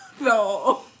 No